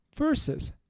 versus